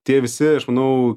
tie visi aš manau